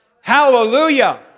Hallelujah